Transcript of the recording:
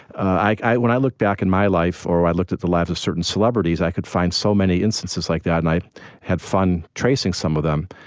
when i look back in my life, or i looked at the life of certain celebrities, i could find so many instances like that. and i had fun tracing some of them,